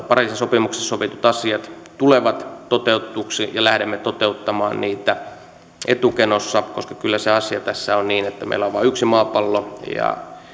pariisin sopimuksessa sovitut asiat tulevat toteutetuiksi ja lähdemme toteuttamaan niitä etukenossa koska kyllä se asia tässä on niin että meillä on vain yksi maapallo ja että